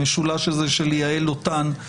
המשולש הזה של יהל-לוטן-קטורה,